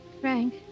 Frank